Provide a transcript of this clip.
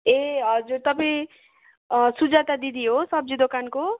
ए हजुर तपाईँ सुजता दिदी हो सब्जी दोकानको